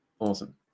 Awesome